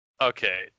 Okay